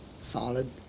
Solid